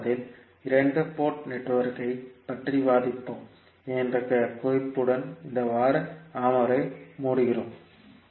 அடுத்த வாரத்தில் 2 போர்ட் நெட்வொர்க்கைப் பற்றி விவாதிப்போம் என்ற குறிப்புடன் இந்த வார அமர்வை மூடுகிறோம்